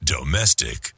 Domestic